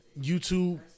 YouTube